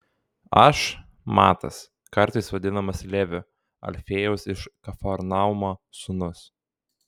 aš matas kartais vadinamas leviu alfiejaus iš kafarnaumo sūnus